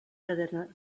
cadena